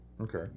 okay